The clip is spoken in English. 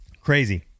crazy